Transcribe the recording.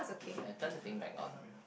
I tend to think back on